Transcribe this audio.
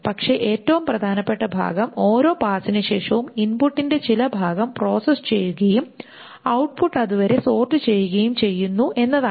പക്ഷേ ഏറ്റവും പ്രധാനപ്പെട്ട ഭാഗം ഓരോ പാസിനുശേഷവും ഇൻപുട്ടിന്റെ ചില ഭാഗം പ്രോസസ്സ് ചെയ്യുകയും ഔട്ട്പുട്ട് അതുവരെ സോർട് ചെയ്യുകയും ചെയ്യുന്നു എന്നതാണ്